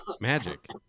Magic